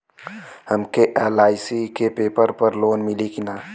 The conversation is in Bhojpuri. हमके एल.आई.सी के पेपर पर लोन मिली का?